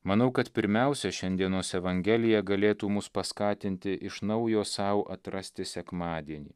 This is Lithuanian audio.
manau kad pirmiausia šiandienos evangelija galėtų mus paskatinti iš naujo sau atrasti sekmadienį